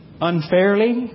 unfairly